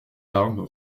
larmes